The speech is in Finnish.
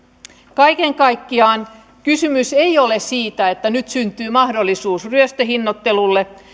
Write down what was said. kaiken kaikkiaan kysymys ei ole siitä että nyt syntyy mahdollisuus ryöstöhinnoittelulle